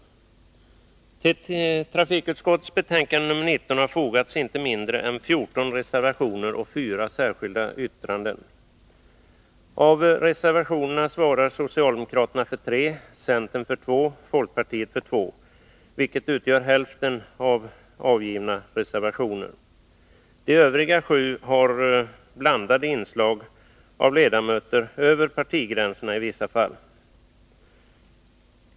Till trafikutskottets betänkande 19 har fogats inte mindre än 14 reservationer och 4 särskilda yttranden. Av reservationerna svarar socialdemokraterna för 3, centern för 2 och folkpartiet för 2, vilket utgör hälften av avgivna reservationer. De övriga 7 har blandade inslag av ledamöter, över partigränserna i vissa fall.